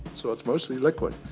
so it's mostly liquid,